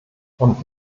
und